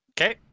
Okay